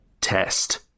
test